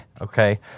Okay